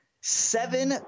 seven